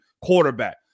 quarterback